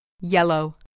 Yellow